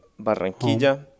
Barranquilla